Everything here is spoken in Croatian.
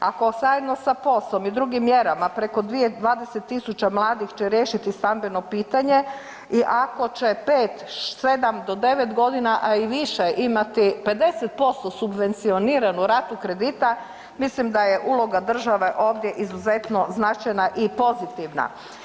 Ako zajedno sa POS-om i drugim mjerama preko 20 000 mladih će riješiti stambeno pitanje i ako će 5, 7 do 9 g. a i više imati 50% subvencioniranu ratu kredita, mislim da je uloga države ovdje izuzetno značajna i pozitivna.